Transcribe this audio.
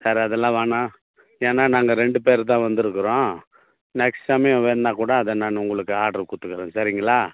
sir அதெல்லாம் வேணாம் ஏன்னால் நாங்கள் ரெண்டு பேரு தான் வந்துருக்குகிறோம் நெக்ஸ்ட் சமயம் வேண்ணால் கூட அதை நானு உங்களுக்கு ஆட்ரு கொடுத்துக்கறேன் சரிங்களா